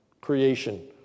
creation